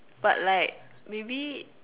but like maybe